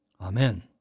Amen